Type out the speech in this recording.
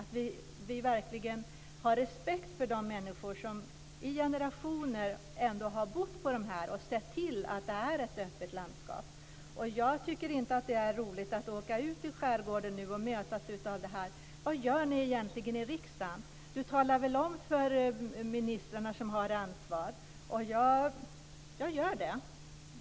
Vi måste verkligen ha respekt för de människor som i generationer har bott i dessa områden och sett till att bevara det öppna landskapet. Jag tycker inte att det är roligt att åka ut i skärgården och mötas av frågan: Vad gör ni egentligen i riksdagen? Du talar väl med ministrarna som har ansvaret? Ja, jag gör det.